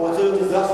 הוא רוצה להיות אזרח?